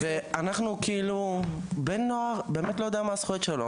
אבל הנוער באמת לא יודע מה הן הזכויות שלו.